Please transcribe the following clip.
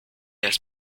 has